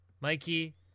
Mikey